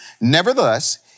Nevertheless